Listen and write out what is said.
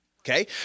Okay